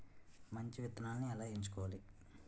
మంచి విత్తనాలను ఎలా ఎంచుకోవాలి?